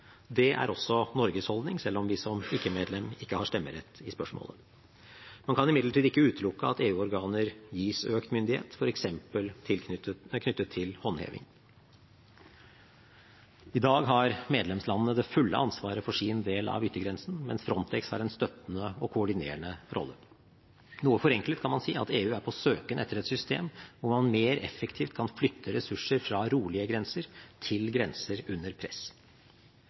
Det er også Norges holdning, selv om vi som ikke-medlem ikke har stemmerett i spørsmålet. Man kan imidlertid ikke utelukke at EU-organer gis økt myndighet, f.eks. knyttet til håndheving. I dag har medlemslandene det fulle ansvaret for sin del av yttergrensen, mens Frontex har en støttende og koordinerende rolle. Noe forenklet kan man si at EU er på søken etter et system hvor man mer effektivt kan flytte ressurser fra rolige grenser til grenser under press.